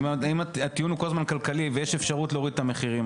אם הטיעון הוא כל הזמן כלכלי ויש אפשרות להוריד את המחירים,